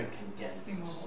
condensed